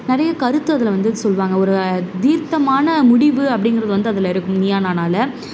நிறையா கருத்து அதில் வந்து சொல்லுவாங்க ஒரு தீர்த்தமான முடிவு அப்படிங்குறது வந்து அதிலருக்கும் நீயா நானாவில்